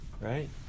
right